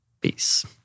Peace